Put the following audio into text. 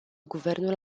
guvernul